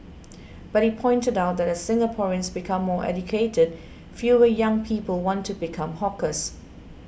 but he pointed out that as Singaporeans become more educated fewer young people want to become hawkers